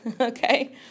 okay